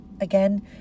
Again